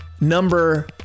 Number